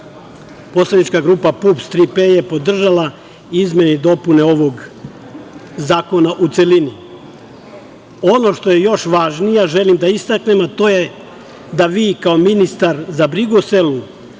grupa PUPS „Tri P“ je podržala izmene i dopune ovog zakona u celini. Ono što je još važnije, a želim da istaknem, a to je da vi kao ministar za brigu o selu